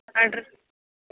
order